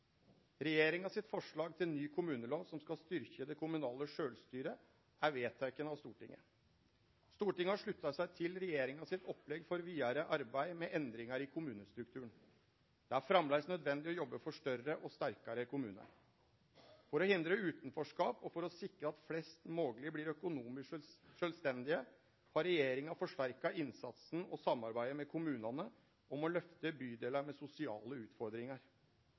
Stortinget har slutta seg til regjeringa sitt opplegg for vidare arbeid med endringar i kommunestrukturen. Det er framleis nødvendig å jobbe for større og sterkare kommunar. For å hindre utanforskap og for å sikre at flest mogleg blir økonomisk sjølvstendige, har regjeringa forsterka innsatsen og samarbeidet med kommunane om å løfte bydelar med sosiale utfordringar.